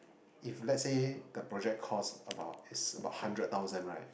if let's say the project cost about is about hundred thousand right